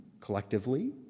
collectively